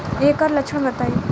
एकर लक्षण बताई?